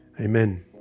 Amen